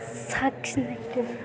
साखिनायदो